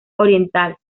oriental